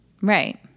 Right